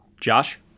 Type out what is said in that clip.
josh